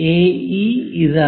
AE ഇതാണ്